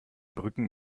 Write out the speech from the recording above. brücken